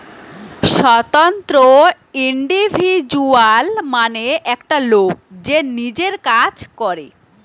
স্বতন্ত্র ইন্ডিভিজুয়াল মানে একটা লোক যে নিজের কাজ করে